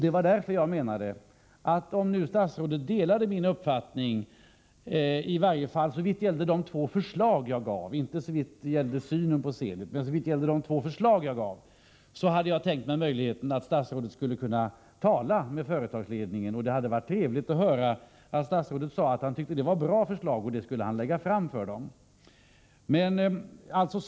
Det var därför jag menade, att om statsrådet delade min uppfattning såvitt gäller mina två förslag, inte såvitt gäller synen på Zenit, hade jag tänkt mig möjligheten att statsrådet skulle kunna tala med företagsledningen. Det hade varit trevligt att höra att statsrådet hade sagt att han tyckte det var ett bra förslag och att han skulle lägga fram det för företagsledningen.